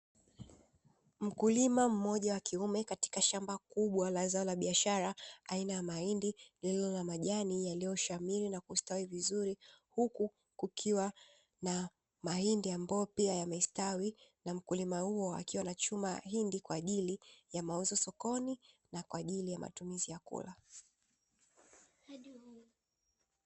Mkulima mmoja wa kiume, katika shamba kubwa la zao la biashara aina ya mahindi, lililo na majani yaliyoshamiri na kustawi vizuri, huku kukiwa na mahindi ambayo pia yamestawi, na mkulima huyu akiwa anachukua mahindi shambani kwa ajili ya mauzo sokoni na kwa ajili ya matumizi ya kula.